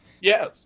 Yes